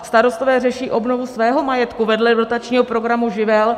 Starostové řeší obnovu svého majetku vedle dotačního programu Živel.